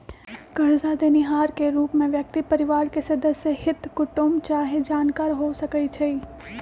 करजा देनिहार के रूप में व्यक्ति परिवार के सदस्य, हित कुटूम चाहे जानकार हो सकइ छइ